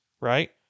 right